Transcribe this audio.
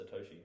Satoshi